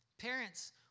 Parents